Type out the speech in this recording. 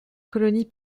colonie